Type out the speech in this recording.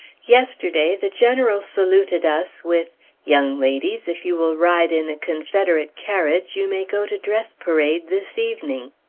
yesterday the general saluted us with young ladies, if you will ride in a confederate carriage, you may go to dress parade this evening.